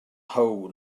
how